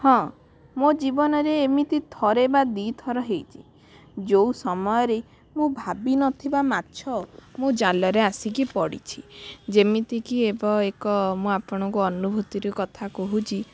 ହଁ ମୋ ଜୀବନରେ ଏମିତି ଥରେ ବା ଦୁଇଥର ହେଇଛି ଯୋଉ ସମୟରେ ମୁଁ ଭାବି ନଥିବା ମାଛ ମୋ ଜାଲରେ ଆସିକି ପଡ଼ିଛି ଯେମିତିକି ଏବେ ଏକ ମୁଁ ଆପଣଙ୍କୁ ଅନୁଭୂତିର କଥା କହୁଛି